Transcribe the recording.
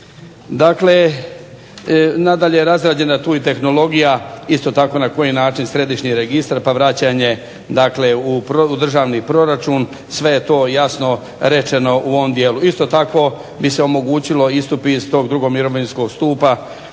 Dakle, nadalje, razrađena je tu i tehnologija isto tako na koji način središnji registar pa vraćanje dakle u državni proračun. Sve je to jasno rečeno u ovom dijelu. Isto tako bi se omogućilo istup iz tog drugog mirovinskog stupa